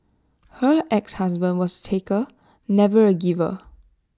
her exhusband was taker never A giver